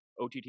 OTT